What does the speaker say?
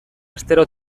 astero